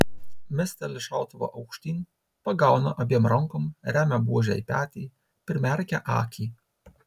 mesteli šautuvą aukštyn pagauna abiem rankom remia buožę į petį primerkia akį